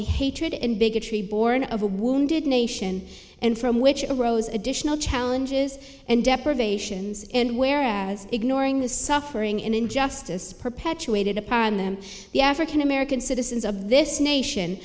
the hatred and bigotry borne of a wounded nation and from which arose additional challenges and deprivations and whereas ignoring the suffering and injustice perpetuated upon them the african american citizens of this nation